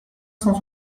cent